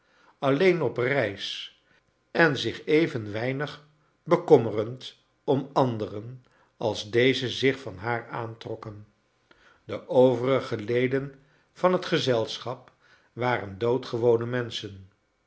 alleen op reis en zich even weinig bekommerend om anderen als deze zich van haar aantrokken do overige leden van het gezelsohap waren doodgewone menschen